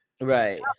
right